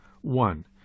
One